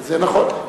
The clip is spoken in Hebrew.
זה נכון.